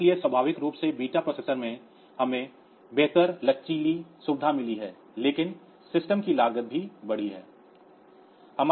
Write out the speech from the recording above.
इसलिए स्वाभाविक रूप से बीटा प्रोसेसर में हमें बेहतर लचीली सुविधाएं मिली हैं लेकिन सिस्टम की लागत भी बढ़ जाएगी